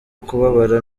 kubabara